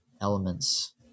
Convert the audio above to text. elements